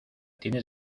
tiene